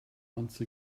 once